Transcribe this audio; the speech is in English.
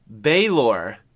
Baylor